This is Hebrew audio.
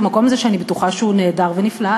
במקום הזה שאני בטוחה שהוא נהדר ונפלא.